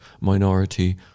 minority